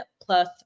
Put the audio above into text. plus